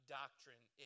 doctrine